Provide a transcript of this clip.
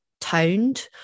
toned